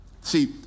See